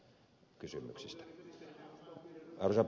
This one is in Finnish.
arvoisa puhemies